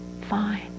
fine